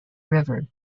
river